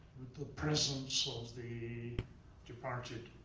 the presence of the departed.